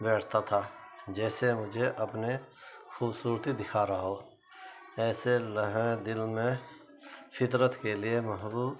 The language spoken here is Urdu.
بیٹھتا تھا جیسے مجھے اپنے خوبصورتی دکھا رہا ہو ایسے لیں دل میں فطرت کے لیے محبوب